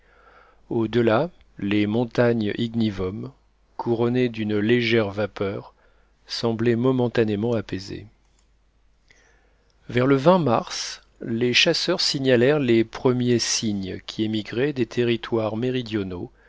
au-delà les montagnes ignivomes couronnées d'une légère vapeur semblaient momentanément apaisées vers le mars les chasseurs signalèrent les premiers cygnes qui émigraient des territoires méridionaux